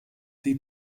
die